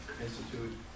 Institute